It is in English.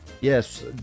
Yes